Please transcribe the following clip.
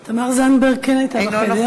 אינו נוכח תמר זנדברג כן הייתה בחדר,